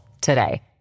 today